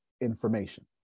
information